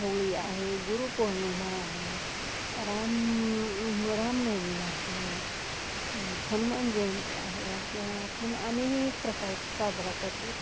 होळी आहे गुरुपौर्णिमा आहे राम रामनवमी आहे हनुमान जयंती आहे अशा आपण अनेक प्रकारची साजरा करतो